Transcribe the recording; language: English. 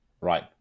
Right